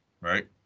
Right